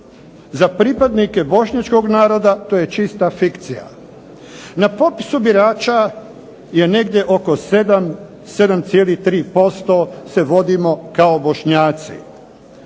za pripadnike bošnjačkog naroda to je čista fikcija. Na popisu birača je negdje oko 7,3% se vodimo kao Bošnjaci.